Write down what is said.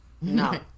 No